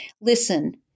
Listen